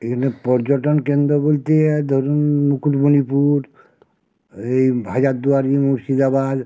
এখানে পর্যটন কেন্দ্র বলতে ধরুন মুকুটমণিপুর এই হাজারদুয়ারি মুর্শিদাবাদ